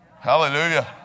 Hallelujah